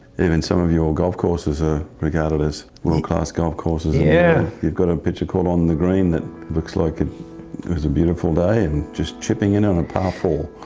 even some of your golf courses are regarded as class golf courses. yeah, you've got a picture called on the green, that looks like it it was a beautiful day, and just chipping in on a par four.